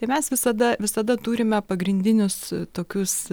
tai mes visada visada turime pagrindinius tokius